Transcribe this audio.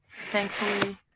Thankfully